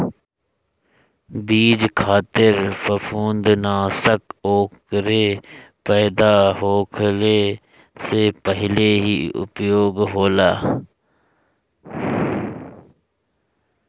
बीज खातिर फंफूदनाशक ओकरे पैदा होखले से पहिले ही उपयोग होला